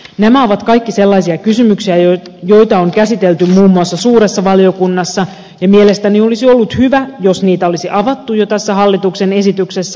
nämä ovat kaikki sellaisia kysymyksiä joita on käsitelty muun muassa suuressa valiokunnassa ja mielestäni olisi ollut hyvä jos niitä olisi avattu jo tässä hallituksen esityksessä